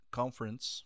conference